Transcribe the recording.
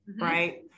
right